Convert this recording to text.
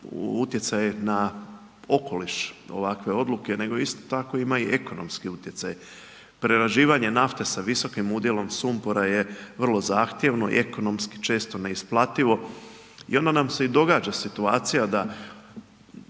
utjecaj na okoliš ovakve odluke nego isto tako ima i ekonomski utjecaj, prerađivanje nafte sa visokim udjelom sumpora je vrlo zahtjevno i ekonomski često neisplativo i onda nam se i događa situacija da